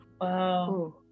Wow